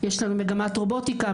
יש לנו מגמת רובוטיקה,